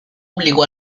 obligó